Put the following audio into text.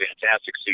fantastic